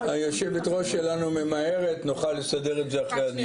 היו"ר שלנו ממהרת, נוכל לסדר את זה אחרי הדיון.